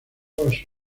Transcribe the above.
renunció